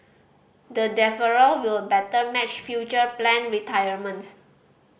the deferral will better match future planned retirements